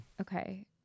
Okay